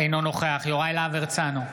אינו נוכח יוראי להב הרצנו,